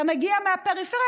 אתה מגיע מהפריפריה,